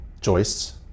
joists